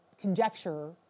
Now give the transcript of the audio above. conjecture